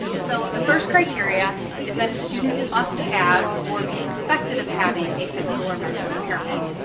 so the first criteria is that a student must have or be suspected of having a physical or mental impairment,